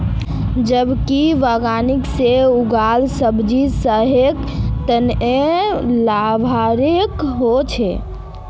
जैविक बागवानी से उगाल सब्जी सेहतेर तने लाभदायक हो छेक